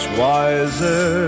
wiser